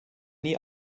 nie